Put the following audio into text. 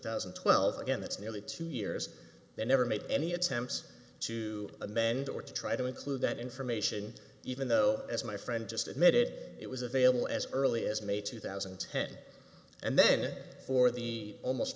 thousand and twelve again that's nearly two years they never made any attempts to amend or to try to include that information even though as my friend just admitted it was available as early as may two thousand and ten and then it for the almost